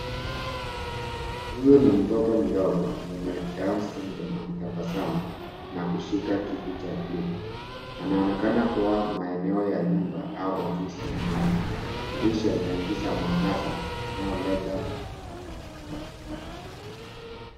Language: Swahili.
Huyu ni mtoto mdogo mwenye down syndrome akitabasamu na kushika kitu cha buluu. Anaonekana kuwa maeneo ya nyumba au ofisi maalum. Dirisha inaingiza mwangaza.